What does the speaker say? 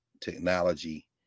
technology